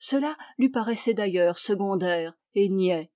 cela lai paraissait d'ailleurs secondaire et niais